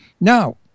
Now